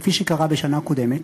כפי שקרה בשנה הקודמת,